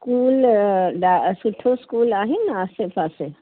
school ड सुठो school आहिनि आसे पासे